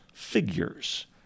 figures